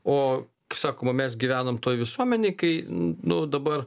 o k sakoma mes gyvenam toj visuomenėj kai n nu dabar